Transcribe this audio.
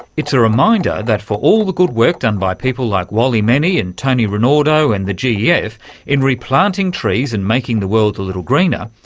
it's a reminder that for all the good work done by people like wally menne and tony rinaudo and the gef in replanting trees and making the world a little greener,